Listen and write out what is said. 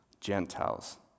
Gentiles